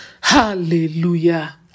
Hallelujah